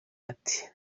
ati